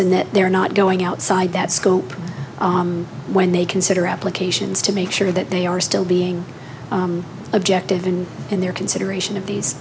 and that they are not going outside that scope when they consider applications to make sure that they are still being objective and in their consideration of these